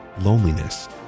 loneliness